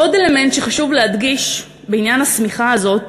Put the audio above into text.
עוד אלמנט שחשוב להדגיש בעניין השמיכה הזאת